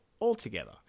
altogether